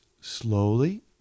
slowly